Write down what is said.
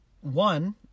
One